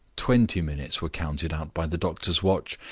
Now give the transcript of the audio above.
twenty minutes, were counted out by the doctor's watch,